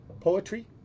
poetry